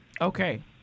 Okay